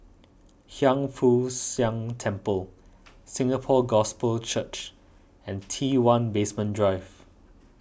Hiang Foo Siang Temple Singapore Gospel Church and T one Basement Drive